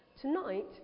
tonight